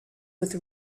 with